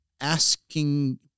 asking